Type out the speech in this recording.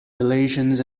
relations